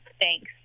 thanks